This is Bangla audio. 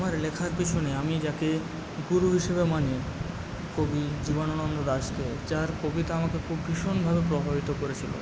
আমার লেখার পিছনে আমি যাকে গুরু হিসাবে মানি কবি জীবনানন্দ দাশকে যার কবিতা আমাকে খুব ভীষণভাবে প্রভাবিত করেছিলো